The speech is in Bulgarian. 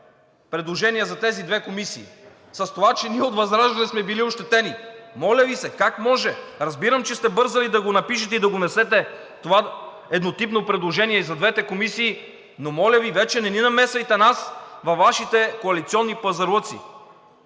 предложение за тези две комисии? С това, че ние от ВЪЗРАЖДАНЕ сме били ощетени?! Моля Ви! Как може? Разбирам, че сте бързали да го напишете и да го внесете това еднотипно предложение и за двете комисии, но моля Ви, вече не ни намесвайте нас във Вашите коалиционни пазарлъци.